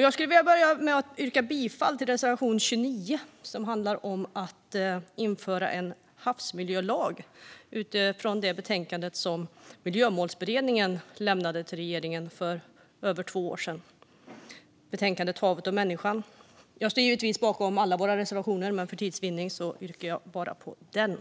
Jag ska börja med att yrka bifall till reservation 29 som handlar om införande av en havsmiljölag utifrån betänkandet Havet och människan som Miljömålsberedningen lämnade till regeringen för över två år sedan. Jag står givetvis bakom alla våra reservationer, men för tids vinnande yrkar jag bifall bara till denna